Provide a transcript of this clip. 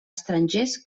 estrangers